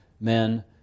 men